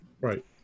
Right